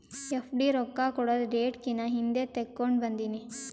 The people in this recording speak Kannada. ಎಫ್.ಡಿ ರೊಕ್ಕಾ ಕೊಡದು ಡೇಟ್ ಕಿನಾ ಹಿಂದೆ ತೇಕೊಂಡ್ ಬಂದಿನಿ